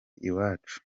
iwacu